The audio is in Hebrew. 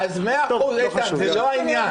איתן, מאה אחוז זה לא העניין.